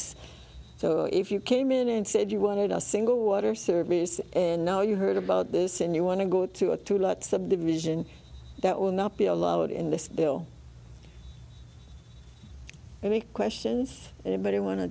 so if you came in and said you wanted a single water service and now you heard about this and you want to go to a two lots of the vision that will not be allowed in this bill any questions anybody want to